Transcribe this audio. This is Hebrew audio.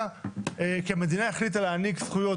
כי המדינה החליטה להעניק זכויות,